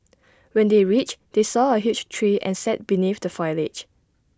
when they reached they saw A huge tree and sat beneath the foliage